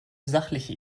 sachliche